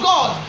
God